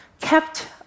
kept